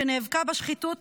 שנאבקה בשחיתות,